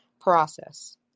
process